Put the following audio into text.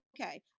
Okay